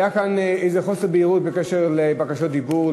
היה כאן איזה חוסר בהירות בקשר לבקשות דיבור,